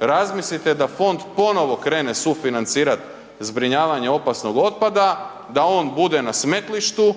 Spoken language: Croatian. razmislite da fond ponovo krene sufinancirat zbrinjavanje opasnog otpada, da on bude na smetlištu,